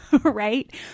right